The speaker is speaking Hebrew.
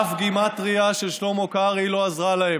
אף גימטרייה של שלמה קרעי לא עזרה להן.